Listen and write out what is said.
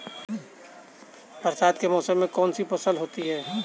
बरसात के मौसम में कौन कौन सी फसलें होती हैं?